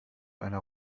einer